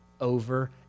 over